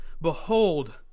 Behold